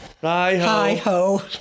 Hi-ho